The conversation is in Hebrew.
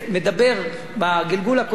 בגלגול הקודם,